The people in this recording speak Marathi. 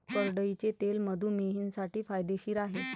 करडईचे तेल मधुमेहींसाठी फायदेशीर आहे